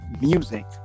music